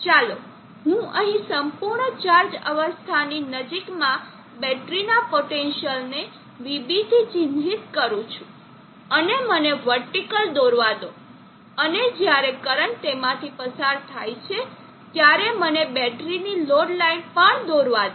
ચાલો હું અહીં સંપૂર્ણ ચાર્જ અવસ્થાની નજીકમાં બેટરીના પોટેન્સીઅલને vB થી ચિહ્નિત કરું છું અને મને વર્ટીકલ દોરવા દો અને જ્યારે કરંટ તેમાંથી પસાર થાય છે ત્યારે મને બેટરીની લોડ લાઇન પણ દોરવા દો